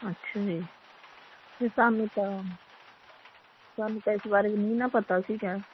ਅੱਛਾ ਜੀ ਸਰ ਸਾਨੂੰ ਤਾਂ ਸਾਨੂੰ ਤਾਂ ਇਸ ਬਾਰੇ ਵੀ ਨਹੀਂ ਨਾ ਪਤਾ ਸੀਗਾ